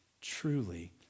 truly